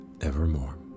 evermore